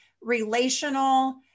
relational